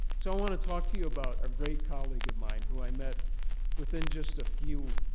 so i want to talk to you about a great colleague of mine who i met within just a few